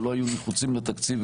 שלא היו נחוצים לתקציב,